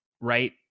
Right